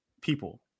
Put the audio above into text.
people